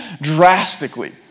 drastically